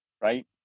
right